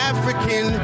African